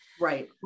Right